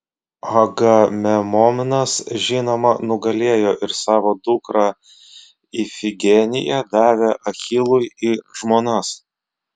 agamemnonas žinoma nugalėjo ir savo dukrą ifigeniją davė achilui į žmonas